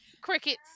crickets